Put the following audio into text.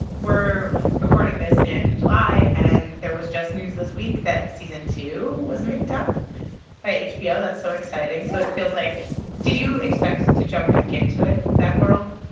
we're recording this in july, and there was just news this week that season two was picked up by hbo. that's so exciting yeah so it feels like did you expect to jump back into it that world?